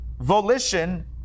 volition